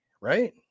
right